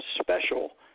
special